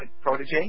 Protege